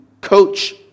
coach